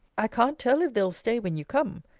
i can't tell if they'll stay when you come.